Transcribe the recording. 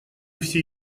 все